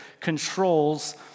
controls